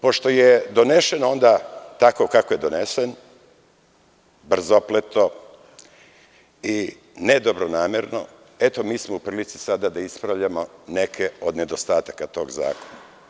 Pošto je donesen tako kako je donesen, brzopleto i nedobronamerno, eto mi smo u prilici sada da ispravljamo neke od nedostataka tog zakona.